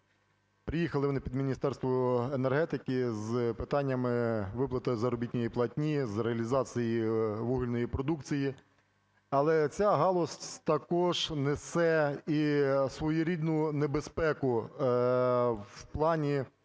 Приїхали вони під Міністерство енергетики з питаннями виплати заробітної платні з реалізації вугільної продукції. Але ця галузь також несе і своєрідну небезпеку, в плані